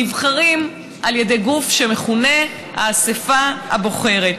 נבחרים על ידי גוף שמכונה "האספה הבוחרת".